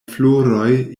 floroj